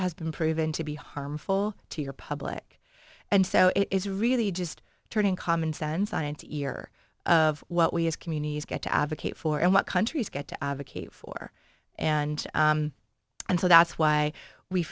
has been proven to be harmful to your public and so it is really just turning common sense on into ear of what we as communities get to advocate for and what countries get to advocate for and and so that's why we